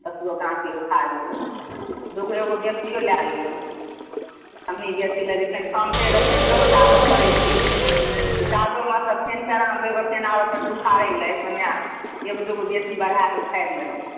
दशगो हापी उखारलुँ दू गो एगो बेसिए लै लेलहुँ आ नहि बेसी लऽ जे फेन कमतै तऽ फेन दौड़िके आबऽ पड़ैत छै ओहि कादोमेसँ फेन साँझ फेन आबऽ पड़तै उखारै लऽ एहिसँ बढ़िआँ एगो दूगो बेसी बढ़ाके उखारि लेलहुँ